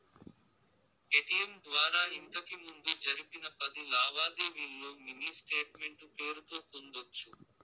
ATM ద్వారా ఇంతకిముందు జరిపిన పది లావాదేవీల్లో మినీ స్టేట్మెంటు పేరుతో పొందొచ్చు